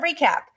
recap